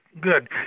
good